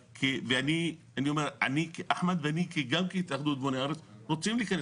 ואני כאחמד ואני גם כהתאחדות בוני הארץ רוצים להכנס,